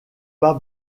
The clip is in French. pas